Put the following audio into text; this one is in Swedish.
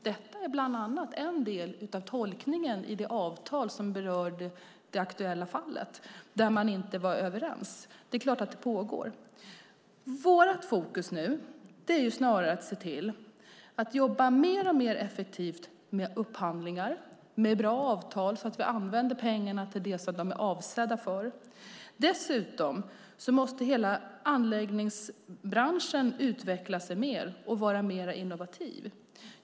Detta är bland annat en del av tolkningen av det avtal som berör det aktuella fallet, där man inte var överens. Det är klart att det pågår. Vårt fokus ligger nu snarare på att se till att jobba mer och mer effektivt med upphandlingar och bra avtal, så att vi använder pengarna till det som de är avsedda för. Dessutom måste hela anläggningsbranschen utvecklas mer och vara mer innovativ.